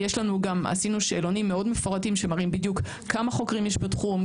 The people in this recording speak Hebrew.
עשינו שאלונים מאוד מפורטים שמראים בדיוק כמה חוקרים יש בתחום,